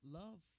love